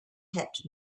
kept